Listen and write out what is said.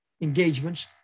engagements